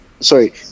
Sorry